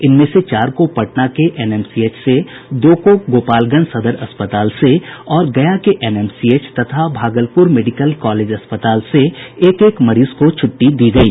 इनमें से चार को पटना के एनएमसीएच से दो को गोपालगंज सदर अस्पताल से और गया के एनएमसीएच तथा भागलपुर मेडिकल कॉलेज अस्पताल से एक एक मरीज को छुट्टी दी गयी